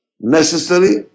Necessary